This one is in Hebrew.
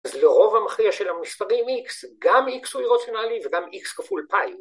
‫אז לרוב המכריע של המספרים X, ‫גם X הוא אירוציונלי וגם X כפול Pi הוא.